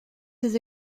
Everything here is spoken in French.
ces